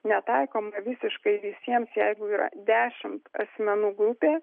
netaikoma visiškai visiems jeigu yra dešimt asmenų grupė